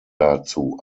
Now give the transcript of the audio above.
dazu